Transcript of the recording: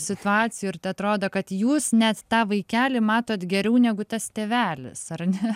situacijų ir tai atrodo kad jūs net tą vaikelį matot geriau negu tas tėvelis ar ne